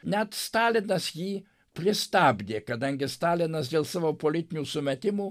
net stalinas jį pristabdė kadangi stalinas dėl savo politinių sumetimų